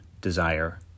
desire